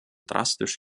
drastisch